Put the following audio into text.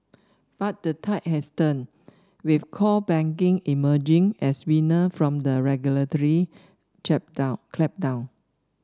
but the tide has turned with core banking emerging as winner from the regulatory clampdown